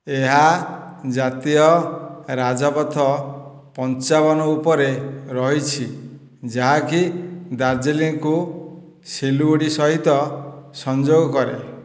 ଏହା ଜାତୀୟ ରାଜପଥ ପଞ୍ଚାବନ ଉପରେ ରହିଛି ଯାହାକି ଦାର୍ଜିଲିଂକୁ ସିଲିଗୁଡ଼ି ସହିତ ସଂଯୋଗ କରେ